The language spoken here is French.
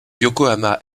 yokohama